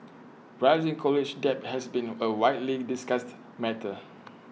rising college debt has been A widely discussed matter